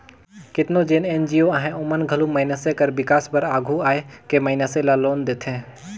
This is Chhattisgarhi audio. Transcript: केतनो जेन एन.जी.ओ अहें ओमन घलो मइनसे कर बिकास बर आघु आए के मइनसे ल लोन देथे